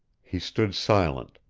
he stood silent,